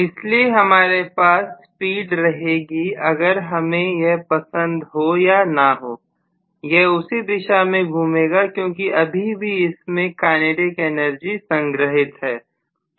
इसलिए हमारे पास भीड़ रहेगी अगर हमें यह पसंद हो या ना हो यह उसी दिशा में घूमेगा क्योंकि अभी भी इसमें काइनेटिक एनर्जी संग्रहित है